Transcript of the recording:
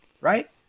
Right